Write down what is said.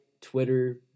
twitter